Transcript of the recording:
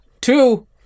two